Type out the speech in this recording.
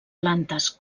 plantes